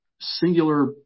singular